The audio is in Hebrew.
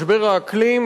משבר האקלים,